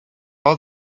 all